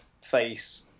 face